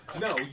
No